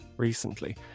recently